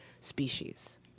species